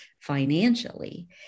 financially